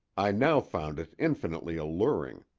i now found it infinitely alluring.